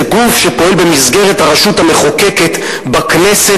זה גוף שפועל במסגרת הרשות המחוקקת בכנסת,